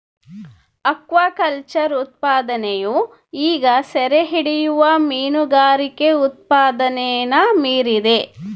aquaculture ಉತ್ಪಾದನೆಯು ಈಗ ಸೆರೆಹಿಡಿಯುವ ಮೀನುಗಾರಿಕೆ ಉತ್ಪಾದನೆನ ಮೀರಿದೆ